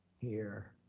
here.